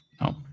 no